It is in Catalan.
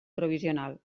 provisional